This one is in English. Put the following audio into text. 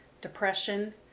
depression